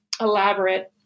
elaborate